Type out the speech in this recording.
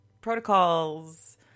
protocols